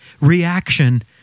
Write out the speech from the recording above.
reaction